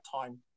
time